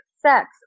sex